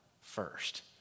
first